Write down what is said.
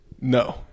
No